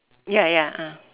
ya ya ah